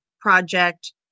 project